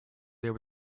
there